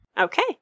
Okay